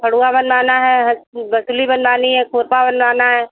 फड़वा बनवाना है बसुली बनवानी है खुरपी बनवाना है